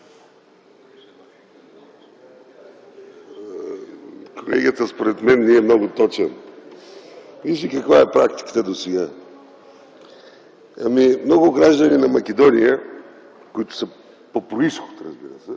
Колегата, според мен не е много точен. Вижте каква е практиката досега – много граждани на Македония, които са по произход, разбира се,